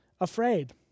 afraid